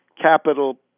capital